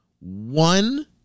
one